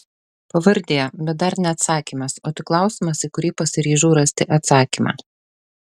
pavardė bet dar ne atsakymas o tik klausimas į kurį pasiryžau rasti atsakymą